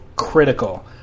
critical